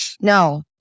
no